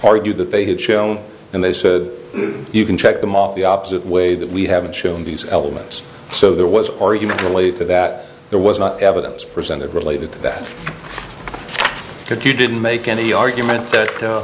argued that they had shown and they said you can check them the opposite way that we haven't shown these elements so there was or you might relate to that there was no evidence presented related to that could you didn't make any argument that